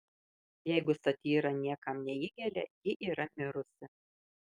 jeigu satyra niekam neįgelia ji yra mirusi